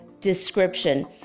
description